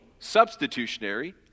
substitutionary